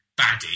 baddie